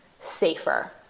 safer